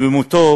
במותו